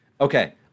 Okay